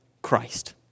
Christ